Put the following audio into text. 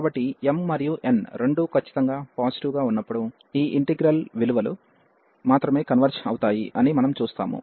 కాబట్టి m మరియు n రెండూ ఖచ్చితంగా పాజిటివ్ గా ఉన్నప్పుడు ఈ ఇంటిగ్రల్ విలువలు మాత్రమే కన్వెర్జ్ అవుతాయి అని మనం చూస్తాము